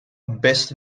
best